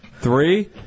Three